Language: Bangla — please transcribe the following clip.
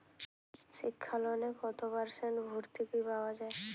শিক্ষা লোনে কত পার্সেন্ট ভূর্তুকি পাওয়া য়ায়?